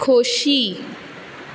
खोशी